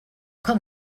com